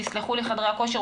תסלחי לי חדרי הכושר,